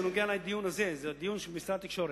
שנוגע לדיון הזה: זה דיון של משרד התקשורת.